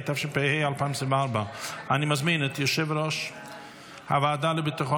התשפ"ה 2024. אני מזמין את יושב-ראש הוועדה לביטחון